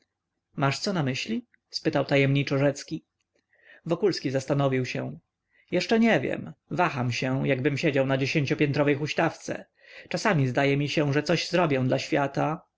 masz co na myśli spytał tajemniczo rzecki wokulski zastanowił się jeszcze nic nie wiem waham się jakbym siedział na dziesięciopiętrowej huśtawce czasami zdaje mi się że coś zrobię dla świata